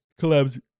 collabs